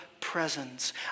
presence